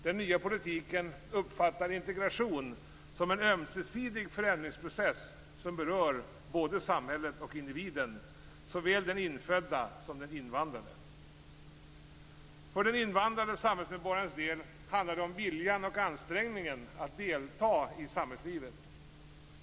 Den nya politiken uppfattar integration som en ömsesidig förändringsprocess som berör både samhället och individen, såväl den infödda som den invandrade. För den invandrade samhällsmedborgarens del handlar det om viljan och ansträngningen att delta i samhällslivet.